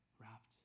wrapped